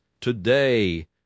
Today